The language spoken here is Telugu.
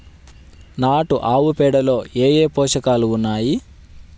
నాటు ఆవుపేడలో ఏ ఏ పోషకాలు ఉన్నాయి?